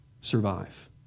survive